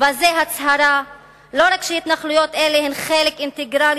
ובזה הצהירה לא רק שהתנחלויות אלה הן חלק אינטגרלי,